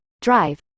drive